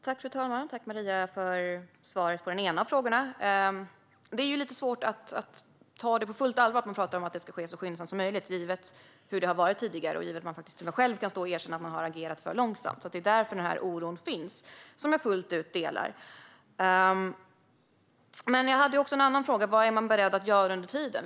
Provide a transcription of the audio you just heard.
Fru talman! Tack, Maria Ferm, för svaret på den ena frågan! Det är lite svårt att ta pratet om att arbetet ska ske så skyndsamt som möjligt på allvar, givet hur det har varit tidigare och givet att man själv erkänner att man har agerat för långsamt. Det är därför oron finns, som jag fullt ut delar. Men jag hade också en annan fråga. Vad är man beredd att göra under tiden?